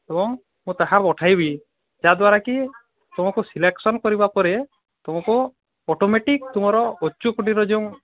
ଏବଂ ତାହା ପଠାଇବି ତା ଦ୍ୱାରା କି ତୁମକୁ ସିଲେକସନ୍ କରିବା ପରେ ତୁମକୁ ଅଟୋମେଟିକ୍ ତୁମର ଉଚ୍ଚକୋଟୀର ଯେଉଁ